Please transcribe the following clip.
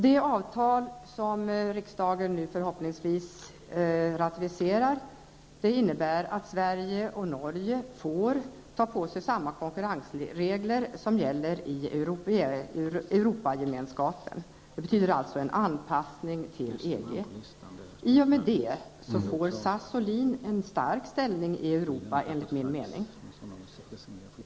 Det avtal som riksdagen nu förhoppningsvis ratificerar innebär att Sverige och Norge får ta på sig samma konkurrensregler som gäller i Europagemenskapen. Det betyder alltså en anpassning till EG. I och med det får SAS och LIN en stark ställning i Europa, enligt min mening.